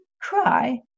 cry